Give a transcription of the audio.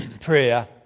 prayer